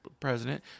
president